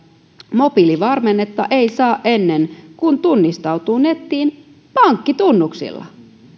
mobiilivarmennetta ei saa ennen kuin tunnistautuu nettiin pankkitunnuksilla